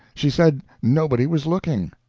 she said nobody was looking.